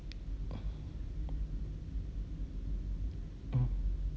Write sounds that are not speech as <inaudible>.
<noise> oh